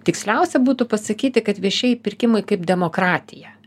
tiksliausia būtų pasakyti kad viešieji pirkimai kaip demokratija